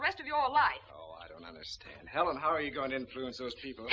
the rest of your life so i don't understand helen how are you going to influence those people